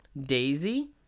Daisy